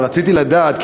אבל רציתי לדעת,